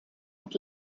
mit